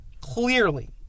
clearly